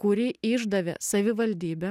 kurį išdavė savivaldybė